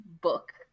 book